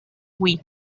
wii